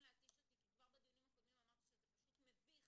להתיש אותי כי כבר בדיונים הקודמים אמרתי שזה פשוט מביך